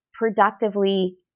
productively